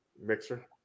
Mixer